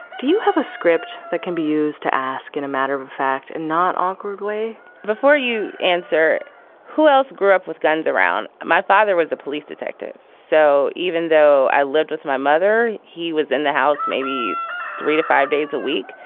do you have a script that can be used to ask in a matter of fact and not awkward way before you answer who else grew up with guns around? my father was a police detective, so even though i lived with my mother, he was in the house maybe three to five days a week.